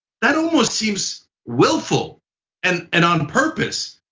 that almost seems willful and and on purpose.